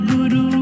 Guru